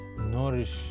nourish